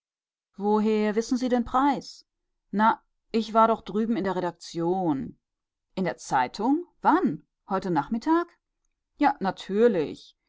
woher wissen sie den preis na ich war doch drüben in der redaktion in der zeitung wann heute nachmittag ja natürlich